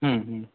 হুম হুম